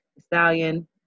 Stallion